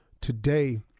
Today